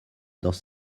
dans